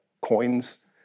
coins